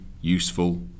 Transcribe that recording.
useful